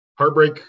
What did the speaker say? Heartbreak